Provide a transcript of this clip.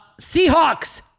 Seahawks